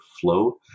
flow